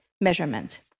measurement